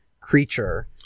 creature